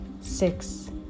six